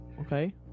okay